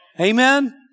Amen